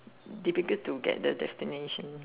difficult to get the destination